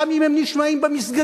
גם אם הם נשמעים במסגדים.